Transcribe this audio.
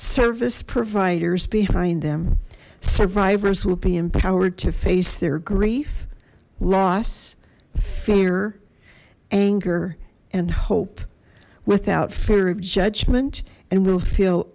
service providers behind them survivors will be empowered to face their grief loss fear anger and hope without fear of judgement and will feel